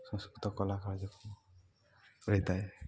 ସାଂସ୍କୃତିକ କଳା କାର୍ଯ୍ୟକୁ ରହିଥାଏ